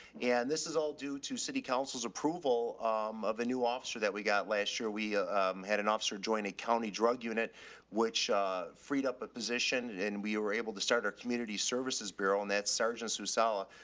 and this is all due to city council's approval. i'm of a new officer that we got last year. we had an officer join a county drug unit which freed up a position and and we were able to start our community services bureau and that sergeants who sala,